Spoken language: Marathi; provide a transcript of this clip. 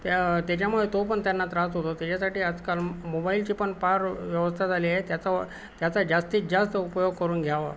त्या त्याच्यामुळे तो पण त्यांना त्रास होतो त्याच्यासाठी आजकाल मोबाईलची पण पार व्यवस्था झाली आहे त्याचा त्याचा जास्तीत जास्त उपयोग करून घ्यावं